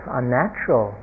unnatural